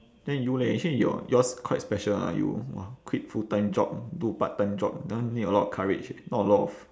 then you leh actually your yours quite special ah you !wah! quit full time job do part time job that one need a lot of courage eh not a lot of